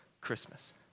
Christmas